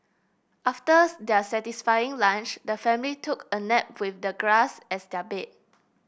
after their satisfying lunch the family took a nap with the grass as their bed